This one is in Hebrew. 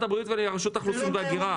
הבריאות ולרשות האוכלוסין וההגירה.